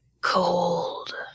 Cold